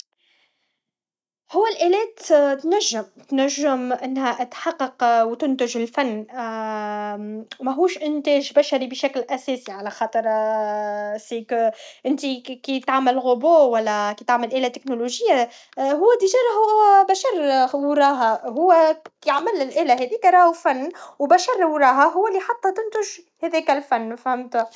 هو الالات تنجم تنجم انها تحقق و تنتج الفن مهوش انتاج بشري بشكل اساسي على خاطر سي كو انتي كي تعمل غوبو كي تعمل اله تكنولوجيه هو ديجا راهو بشر لي هو مراه هو كي عمل الاله هاذيكا راهو عن و بشر وراها هو لي حطها تنتج هذاك الفن فهمت